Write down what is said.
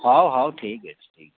ହଉ ହଉ ଠିକ୍ ଅଛି ଠିକ୍ ଅଛି